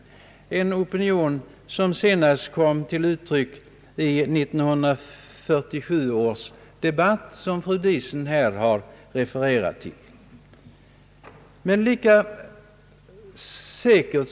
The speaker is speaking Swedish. Denna opinion kom senast till uttryck i en debatt i riksdagen år 1947, vilken fru Diesen har citerat.